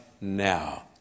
now